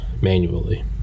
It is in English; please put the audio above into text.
manually